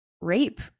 rape